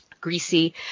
greasy